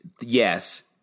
yes